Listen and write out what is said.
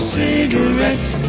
cigarette